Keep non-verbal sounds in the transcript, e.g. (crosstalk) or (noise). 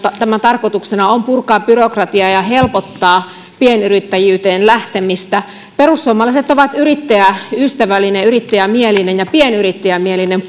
tämän tarkoituksena on purkaa byrokratiaa ja helpottaa pienyrittäjyyteen lähtemistä perussuomalaiset on yrittäjäystävällinen yrittäjämielinen ja pienyrittäjämielinen (unintelligible)